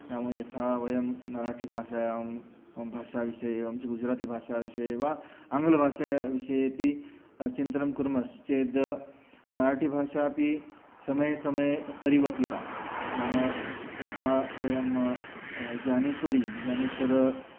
नाम यथा वयं मराठिभाषायां मम भाषाविषये अंशुगुजरातिभाषा विषये वा आङ्ग्लभाषाविषयेऽपि चिन्तनं कुर्मश्चेद् मराठिभाषा अपि समये समये परिवर्तिता नाम यथा वयं ज्ञानेश्वरी ज्ञानेश्वरः